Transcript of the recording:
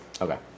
Okay